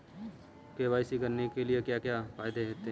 KYC करने के क्या क्या फायदे हैं?